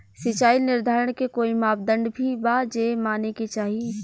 सिचाई निर्धारण के कोई मापदंड भी बा जे माने के चाही?